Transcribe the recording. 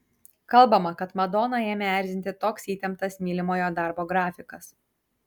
kalbama kad madoną ėmė erzinti toks įtemptas mylimojo darbo grafikas